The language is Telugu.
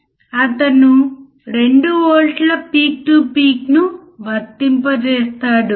కాబట్టి ఇప్పుడు అతను వోల్టేజ్ను 1 వోల్ట్కు పెంచుతున్నాడు